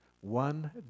one